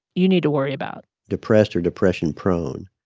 you need to worry about depressed or depression prone